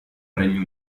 regno